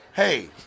Hey